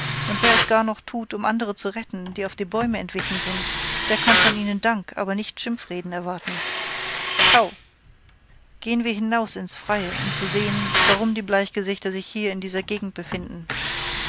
und wer es gar noch tut um andere zu retten die auf die bäume entwichen sind der kann von ihnen dank aber nicht schimpfreden erwarten howgh gehen wir hinaus ins freie um zu sehen warum die bleichgesichter sich hier in dieser gegend befinden